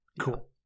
Cool